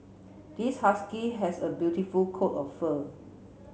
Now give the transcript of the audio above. this husky has a beautiful coat of fur